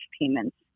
payments